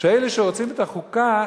שאלה שרוצים את החוקה,